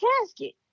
casket